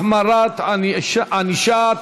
החמרת ענישה),